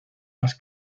las